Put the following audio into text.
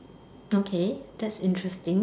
okay that's interesting